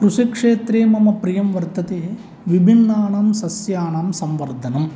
कृषिक्षेत्रे मम प्रियं वर्तते विभिन्नानां सस्यानां संवर्धनम्